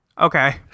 Okay